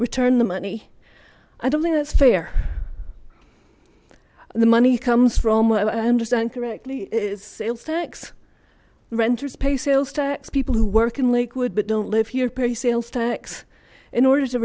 return the money i don't think that's fair the money comes from what i understand correctly it's sales tax renters pay sales tax people who work in lakewood but don't live here perry sales tax in order to